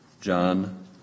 John